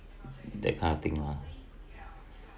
that kind of thing lah